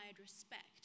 respect